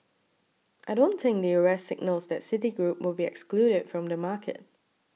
I don't think the arrest signals that Citigroup will be excluded from the market